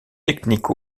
technique